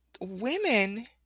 women